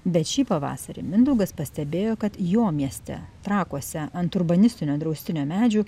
bet šį pavasarį mindaugas pastebėjo kad jo mieste trakuose ant urbanistinio draustinio medžių